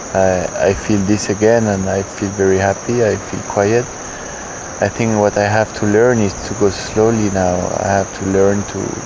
i feel this again and i feel very happy i feel quiet i think what i have to learn is to go slowly now i have to learn to.